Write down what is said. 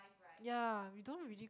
ya we don't really